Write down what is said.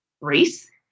race